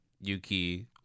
Yuki